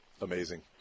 Amazing